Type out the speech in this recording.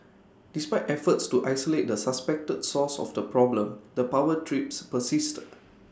despite efforts to isolate the suspected source of the problem the power trips persisted